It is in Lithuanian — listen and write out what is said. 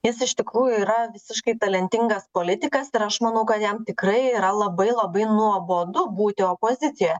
jis iš tikrųjų yra visiškai talentingas politikas tai yra aš manau kad jam tikrai yra labai labai nuobodu būti opozicija